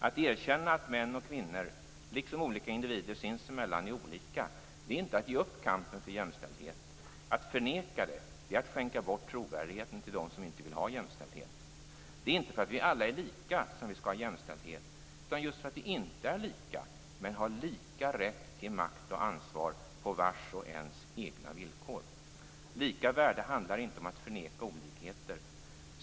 Att erkänna att män och kvinnor - liksom olika individer sinsemellan - är olika är inte att ge upp kampen för jämställdhet. Att förneka det är att skänka bort trovärdigheten till dem som inte vill ha jämställdhet. Det är inte för att vi alla är lika som vi skall ha jämställdhet, utan just för att vi inte är lika men har lika rätt till makt och ansvar på vars och ens egna villkor. Lika värde handlar inte om att förneka olikheter.